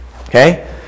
Okay